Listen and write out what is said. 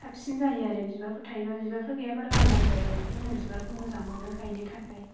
साबसिन जायो आरो बिबारफोर थायोब्ला बिबारफोर गैयाबा लांदां जायो बेनिखायनो आं बिबारखौ मोजां मोनो गायनो थाखाय